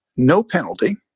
no penalty.